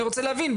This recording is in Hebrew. אני רוצה להבין,